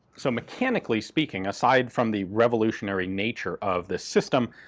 so mechanically speaking, aside from the revolutionary nature of this system,